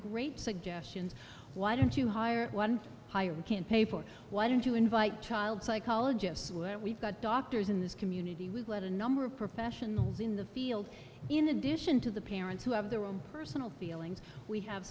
great suggestions why don't you hire one hire can pay for it why don't you invite child psychologists what we've got doctors in this community would let a number of professionals in the field in addition to the parents who have their own personal feelings we have